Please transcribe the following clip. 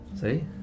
See